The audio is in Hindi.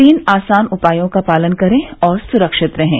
तीन आसान उपायों का पालन करें और सुरक्षित रहें